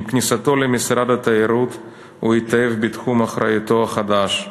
עם כניסתו למשרד התיירות הוא התאהב בתחום אחריותו החדש.